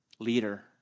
Leader